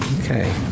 Okay